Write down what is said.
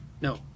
No